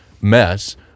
mess